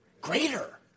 Greater